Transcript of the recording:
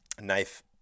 knife